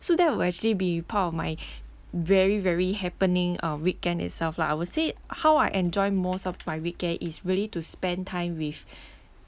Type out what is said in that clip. so that would actually be part of my very very happening uh weekend itself lah I would say how I enjoy most of my weekend is really to spend time with